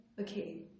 Okay